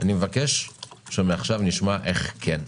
אני מבקש שמעכשיו נשמע איך כן.